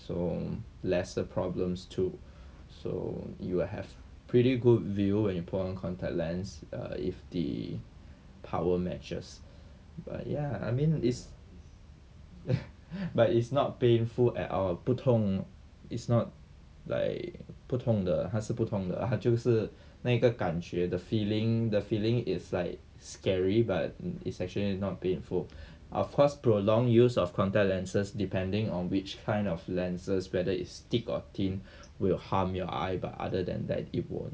so lesser problems too so you will have pretty good view when you put on contact lens err if the power matches but ya I mean is but it's not painful at all 不痛 it's not like 不痛的它是不痛的它就是那个感觉 the feeling the feeling is like scary but it's actually not painful of course prolonged use of contact lenses depending on which kind of lenses whether it's thick or thin will harm your eye but other than that it won't